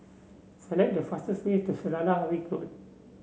select the fastest way to Selarang Ring Road